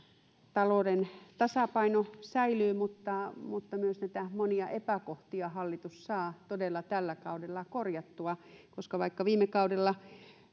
talouden tasapaino säilyy mutta myös sitä että näitä monia epäkohtia hallitus todella saa tällä kaudella korjattua vaikka viime kaudella